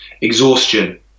Exhaustion